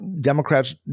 Democrats